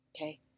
okay